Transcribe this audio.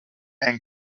and